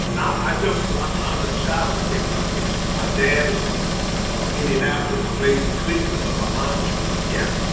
i tell people i'm um a child of the great migration. my dad is from indianapolis raised in cleveland, but my mom is from louisiana.